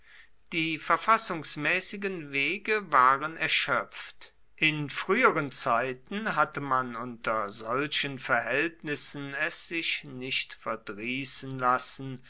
die verfassungsmäßigen wege waren erschöpft in früheren zeiten hatte man unter solchen verhältnissen es sich nicht verdrießen lassen